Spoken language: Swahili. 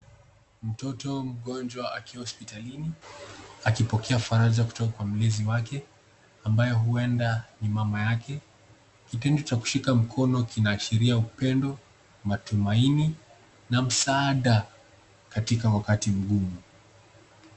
Mtoto mgonjwa akiwa hospitalini akipokea faraja kutoka kwa mlezi wake ambaye huenda ni mama yake kitendo cha kushika mkono kina ashiria upendo , matumaini na msaada katika wakati mgumu.